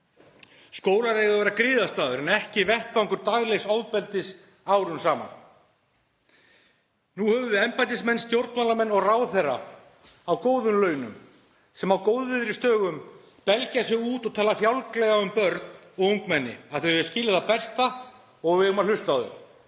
Skólar eiga að vera griðastaður en ekki vettvangur daglegs ofbeldis árum saman. Nú höfum við embættismenn, stjórnmálamenn og ráðherra á góðum launum sem á góðviðrisdögum belgja sig út og tala fjálglega um börn og ungmenni, að þau eigi skilið það besta og að við eigum að hlusta á þau.